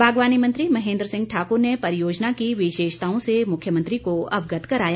बागवानी मंत्री महेन्द्र सिंह ठाक्र ने परियोजना की विशेषताओं से मुख्यमंत्री का अवगत कराया